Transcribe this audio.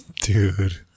Dude